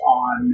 on